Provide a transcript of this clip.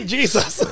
Jesus